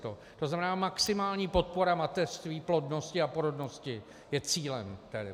To znamená maximální podpora mateřství, plodnosti a porodnosti je cílem debaty.